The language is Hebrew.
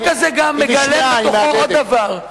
אבל החוק הזה גם מגלם בתוכו עוד דבר,